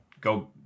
go